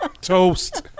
toast